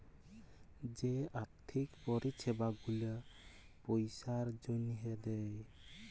যে আথ্থিক পরিছেবা গুলা পইসার জ্যনহে দেয়